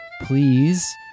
please